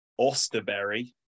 Osterberry